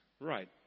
right